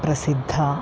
प्रसिद्धा